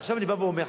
ועכשיו אני בא ואומר,